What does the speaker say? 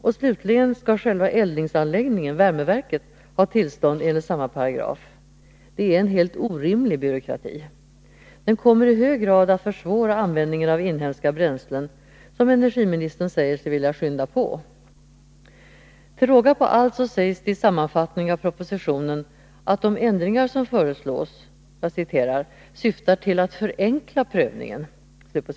Och slutligen skall själva eldningsanläggningen, värmeverket, ha tillstånd enligt samma paragraf. Det är en helt orimlig byråkrati! Den kommer i hög grad att försvåra användningen av inhemska bränslen, som energiministern säger sig vilja skynda på. Till råga på allt sägs det i sammanfattningen av propositionen att de ändringar som föreslås ”syftar till att förenkla prövningen”.